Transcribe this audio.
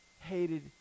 hated